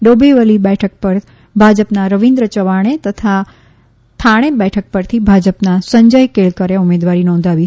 ડોંબેવલી બેઠક પર ભાજપના રવીન્દ્ર ચવાણે તથા થાણે બેઠક પરથી ભાજપના સંજ કેળકરે ઉમેદવારી નોંધાવી છે